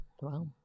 Wow